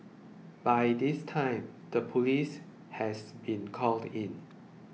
by this time the police has been called in